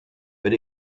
but